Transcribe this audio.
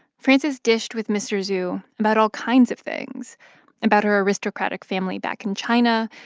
frances dished with mr. zhu about all kinds of things about her aristocratic family back in china,